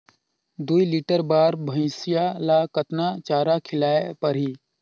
दुई लीटर बार भइंसिया ला कतना चारा खिलाय परही?